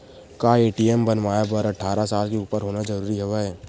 का ए.टी.एम बनवाय बर अट्ठारह साल के उपर होना जरूरी हवय?